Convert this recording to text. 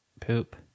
Poop